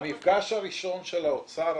המפגש הראשון של האוצר,